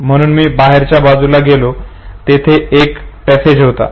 म्हणून मी बाहेरच्या बाजूला गेलो तेथे एक तेथे पॅसेज होता